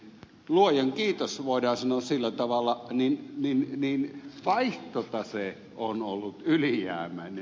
luojan kiitos voidaan sanoa sillä tavalla vaihtotase on ollut ylijäämäinen